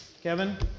Kevin